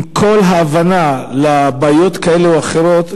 עם כל ההבנה לבעיות כאלה ואחרות,